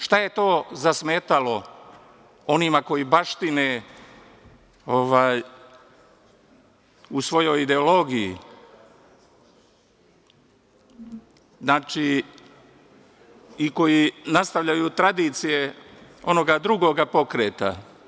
Šta je to zasmetalo onima koji baštine u svojoj ideologiji i koji nastavljaju tradicije onoga drugoga pokreta?